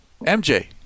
MJ